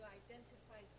identify